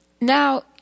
Now